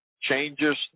changes